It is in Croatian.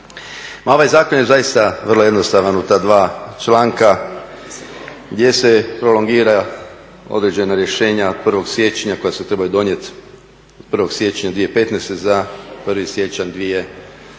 ovaj zakon je zaista vrlo jednostavan u ta dva članka gdje se prolongira određena rješenja od 1. siječnja koja se trebaju donijeti 1. siječnja 2015. za 1. siječanj 2017.